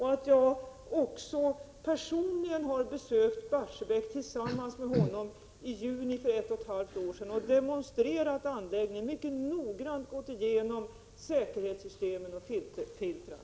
Jag har också personligen besökt Barsebäck tillsammans med honomi juni för ett och halvt år sedan och demonstrerat anläggningen. Vi har mycket noggrant gått igenom säkerhetssystemen och filtren.